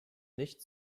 nicht